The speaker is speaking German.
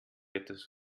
etwas